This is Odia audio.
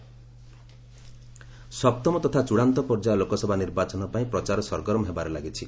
କ୍ୟାମ୍ପନିଂ ସପ୍ତମ ତଥା ଚୂଡ଼ାନ୍ତ ପର୍ଯ୍ୟାୟ ଲୋକସଭା ନିର୍ବାଚନ ପାଇଁ ପ୍ରଚାର ସରଗରମ ହେବାରେ ଲାଗିଛି